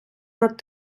над